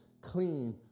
clean